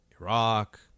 Iraq